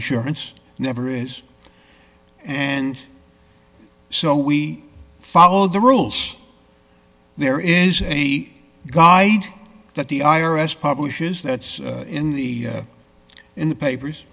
surance never is and so we follow the rules there is a guide that the i r s publishes that's in the in the papers